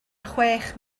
chwech